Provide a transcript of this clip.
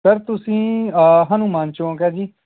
sir ਤੁਸੀਂ ਹਨੂਮਾਨ ਚੌਂਕ ਹੈ ਜੀ